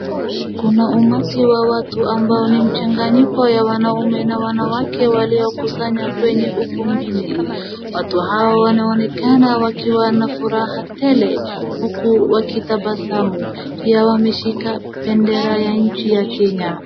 Kuna umati wa watu ambao ni mchanganyiko ya wanaume na wanawake waliokusanyika kwenye ukumbini. Watu hawa wanaonekana wakiwa na furaha tele huku wakitabasamu pia wameshika bendera ya nchi ya Kenya.